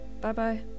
Bye-bye